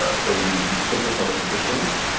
ah so you you stick with some traditions,